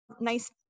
nice